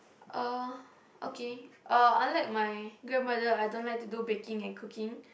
uh okay uh unlike my grandmother I don't like to do baking and cooking